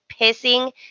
pissing